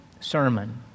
sermon